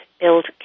Build